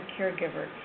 caregiver